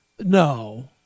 No